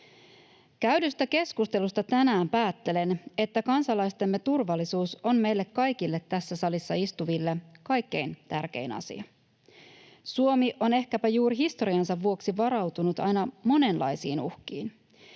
käydystä keskustelusta päättelen, että kansalaistemme turvallisuus on meille kaikille tässä salissa istuville kaikkein tärkein asia. Suomi on ehkäpä juuri historiansa vuoksi varautunut aina monenlaisiin uhkiin.